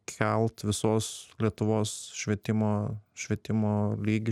kelt visos lietuvos švietimo švietimo lygį